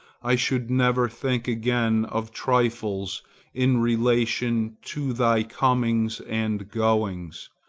i should never think again of trifles in relation to thy comings and goings.